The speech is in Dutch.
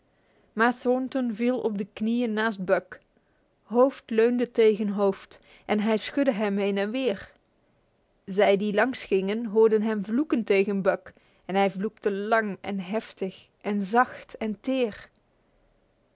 maar thornton viel op de knieën naast buck hoofd leunde tegen hoofd en hij schudde hem heen en weer zij die langs gingen hoorden hem vloeken tegen buck en hij vloekte lang en heftig en zacht en teer